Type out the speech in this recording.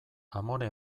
amore